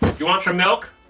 you want some milk?